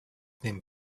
them